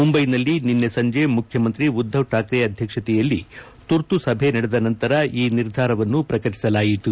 ಮುಂಬೈನಲ್ಲಿ ನಿನ್ನೆ ಸಂಜೆ ಮುಖ್ಯಮಂತ್ರಿ ಉದ್ದವ್ ಠಾಕ್ರೆ ಅಧ್ಯಕ್ಷತೆಯಲ್ಲಿ ತುರ್ತು ಸಭೆ ನಡೆದ ನಂತರ ಈ ನಿರ್ಧಾರವನ್ನು ಪ್ರಕಟಿಸಲಾಯಿತು